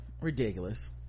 Ridiculous